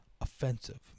offensive